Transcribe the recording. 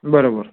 बरोबर